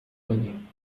کنی